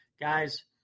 guys